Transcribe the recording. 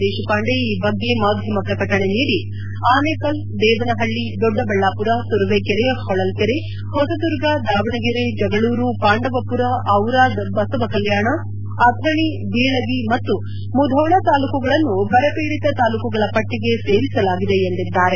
ದೇಶಪಾಂಡೆ ಈ ಬಗ್ಗೆ ಮಾಧ್ಯಮ ಪ್ರಕಟಣೆ ನೀಡಿ ಆನೇಕಲ್ ದೇವನಹಳ್ಳಿ ದೊಡ್ಡಬಳ್ಳಾಪುರ ತುರುವೇಕೆರೆ ಹೊಳಲ್ಲೆರೆ ಹೊಸದುರ್ಗ ದಾವಣಗೆರೆ ಜಗಳೂರು ಪಾಂಡವಪುರ ಚಿರಾದ್ ಬಸವ ಕಲ್ಲಾಣ ಅಥಣಿ ಬೀಳಗಿ ಮತ್ತು ಮುಧೋಳ ತಾಲ್ಲೂಕುಗಳನ್ನು ಬರಪೀಡಿತ ತಾಲ್ಲೂಕುಗಳ ಪಟ್ಟಿಗೆ ಸೇರಿಸಲಾಗಿದೆ ಎಂದಿದ್ದಾರೆ